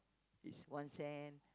is one cent